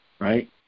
Right